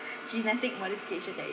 genetic modification that it